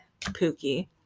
Pookie